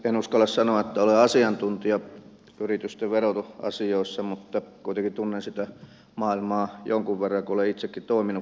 en uskalla sanoa että olen asiantuntija yritysten verotusasioissa mutta kuitenkin tunnen sitä maailmaa jonkun verran kun olen itsekin toiminut pienyrittäjänä